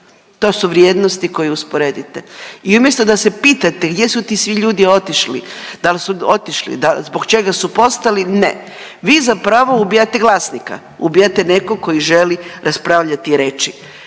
to su vrijednosti koje usporedite. I umjesto da se pitate gdje su ti svi ljudi otišli, da li su otišli, zbog čega su postali, ne. Vi zapravo ubijate glasnika, ubijate nekog koji želi raspravljati i reći.